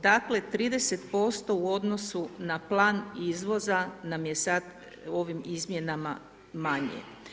Dakle, 30% u odnosu na plan izvoza nam je sad ovim izmjenama manje.